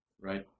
Right